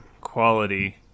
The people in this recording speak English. quality